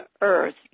earth